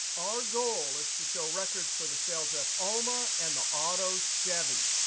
our goal is to show records for the sales rep alma and the auto chevy.